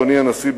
אדוני הנשיא,